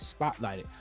spotlighted